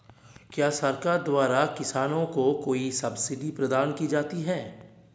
क्या सरकार द्वारा किसानों को कोई सब्सिडी प्रदान की जाती है?